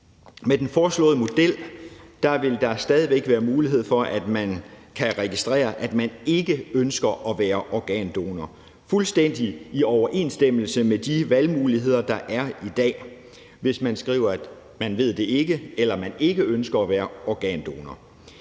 Med den foreslåede model vil der stadig væk være mulighed for, at man kan registrere, at man ikke ønsker at være organdonor, fuldstændig i overensstemmelse med de valgmuligheder, der er i dag, hvis man skriver, at man ikke ved det eller ikke ønsker at være organdonor.